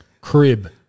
Crib